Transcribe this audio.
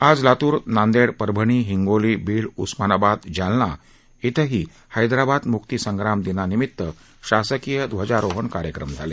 आज लातूर नांदेड परभणी हिंगोली बीड उस्मानाबाद जालना इथंही हैदराबाद मुक्तिसंग्राम दिनानिमित्त शासकीय ध्वजारोहण कार्यक्रम झाले